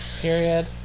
Period